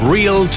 Real